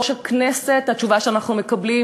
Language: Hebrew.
התשובה שאנחנו מקבלים